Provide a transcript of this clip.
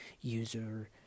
user